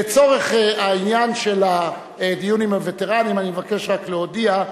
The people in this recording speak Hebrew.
לצורך העניין של הדיון עם הווטרנים אני מבקש רק להודיע,